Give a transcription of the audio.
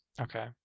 Okay